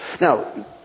Now